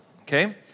okay